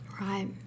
Right